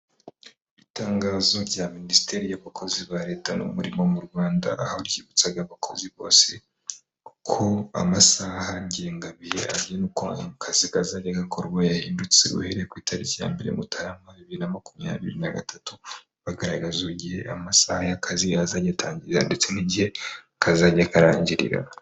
Itangazo rya minisiteri y'abakozi ba leta n'umurimo mu Rwanda, aho ryibutsaga abakozi bose uko amasaha ngengabihe aha uko akazi kazajya gakorwa yahindutse, uhereye ku itariki ya mbere mutarama bibiri na makumyabiri na gatatu, bagaragaza igihe amasaha y'akazi azajya atangira ndetse n'igihe kazajya karangirira.